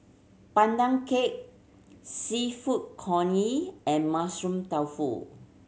Pandan Cake Seafood Congee and Mushroom Tofu